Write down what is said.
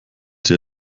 sie